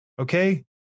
Okay